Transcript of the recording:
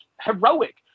heroic